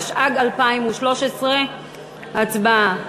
התשע"ג 2013. הצבעה.